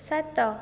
ସାତ